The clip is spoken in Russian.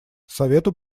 совету